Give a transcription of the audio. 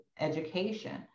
education